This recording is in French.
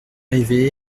rêvé